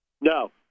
No